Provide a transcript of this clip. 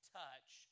touch